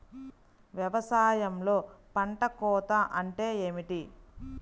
వ్యవసాయంలో పంట కోత అంటే ఏమిటి?